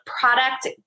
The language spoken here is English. product